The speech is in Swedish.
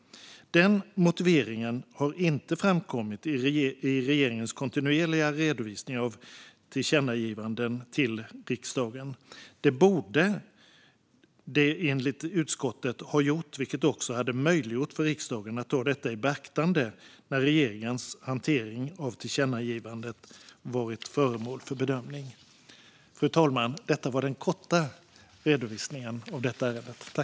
Den motiveringen har inte framkommit i regeringens kontinuerliga redovisning av tillkännagivanden till riksdagen. Det borde den enligt utskottet ha gjort, vilket också hade möjliggjort för riksdagen att ta detta i beaktande när regeringens hantering av tillkännagivanden varit föremål för bedömning. Fru talman! Detta var den korta redovisningen av detta ärende.